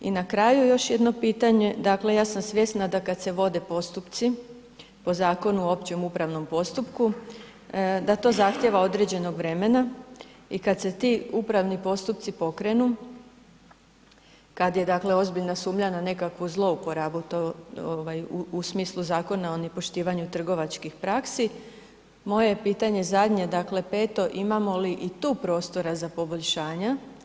I na kraju još jedno pitanje, dakle ja sam svjesna da kad se vode postupci po Zakonu o općem upravnom postupku, da to zahtijeva određenog vremena i kad se ti upravni postupci pokrenu, kad je, dakle ozbiljna sumnja na nekakvu zlouporabu, ovaj, u, u smislu Zakona o nepoštivanju trgovačkih praksi, moje je pitanje zadnje, dakle peto, imamo li i tu prostora za poboljšanja?